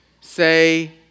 say